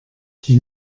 die